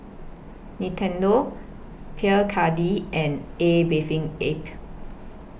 Nintendo Pierre Cardin and A Bathing Ape